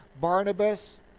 Barnabas